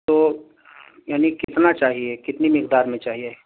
تو یعنی کتنا چاہیے کتنی مقدار میں چاہیے